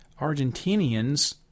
Argentinians